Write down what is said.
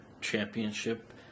championship